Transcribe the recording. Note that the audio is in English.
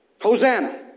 Hosanna